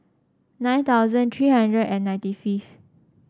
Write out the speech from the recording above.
nine thousand three hundred and ninety fifth